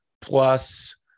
plus